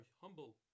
humble